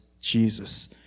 Jesus